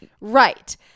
right